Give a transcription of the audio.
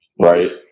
right